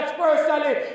personally